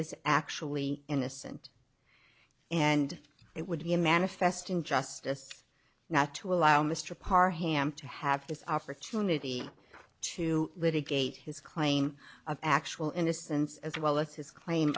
is actually innocent and it would be a manifest injustice not to allow mr parr ham to have this opportunity to litigate his claim of actual innocence as well as his cl